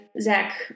Zach